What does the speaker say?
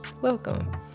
welcome